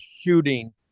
shooting